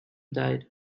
died